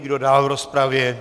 Kdo dál v rozpravě?